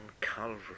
Calvary